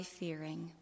fearing